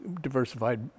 Diversified